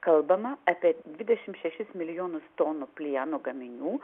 kalbama apie dvidešim šešis milijonus tonų plieno gaminių